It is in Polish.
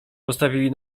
postawili